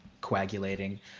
coagulating